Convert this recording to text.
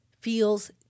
feels